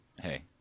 hey